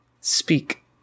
speak